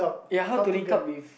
ya how to link up with